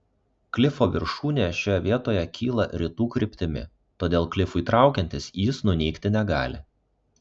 klifo viršūnė šioje vietoje kyla rytų kryptimi todėl klifui traukiantis jis nunykti negali